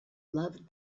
loved